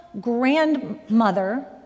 grandmother